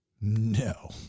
no